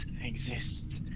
exist